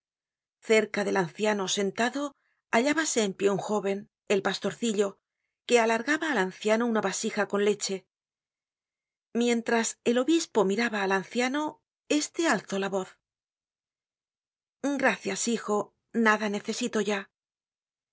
cerca del anciano sentado hallábase en pie un joven el pastorcillo que alargaba al anciano una vasija con leche mientras el obispo miraba al anciano este alzó la voz gracias dijo nada necesito ya